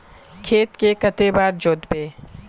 खेत के कते बार जोतबे?